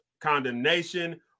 condemnation